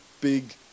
big